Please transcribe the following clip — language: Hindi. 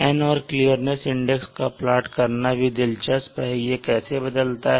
N और क्लियरनेस इंडेक्स को प्लॉट करना भी दिलचस्प है यह कैसे बदलता है